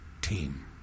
Team